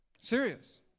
Serious